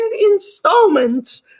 installment